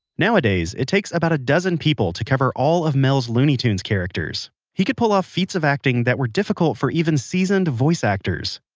nowadays, it takes about a dozen people just to cover all of mel's looney tunes characters. he could pull off feats of acting that were difficult for even seasoned voice actors.